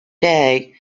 day